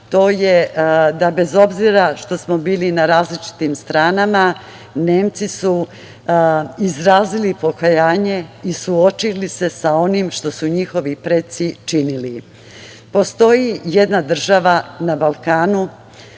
to je da bez obzira što smo bili na različitim stranama, Nemci su izrazili pokajanje i suočili se sa onim što su njihovi preci činili. Postoji jedna država na Balkanu,